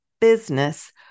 business